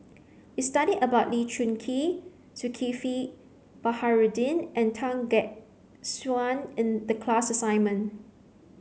we studied about Lee Choon Kee Zulkifli Baharudin and Tan Gek Suan in the class assignment